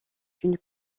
une